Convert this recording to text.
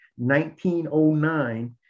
1909